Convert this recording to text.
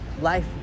life